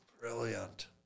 brilliant